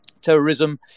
terrorism